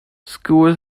school